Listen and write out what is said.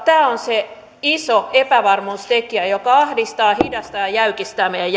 tämä on se iso epävarmuustekijä joka ahdistaa hidastaa ja jäykistää meidän